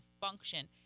function